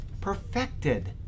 perfected